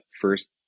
first